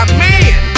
man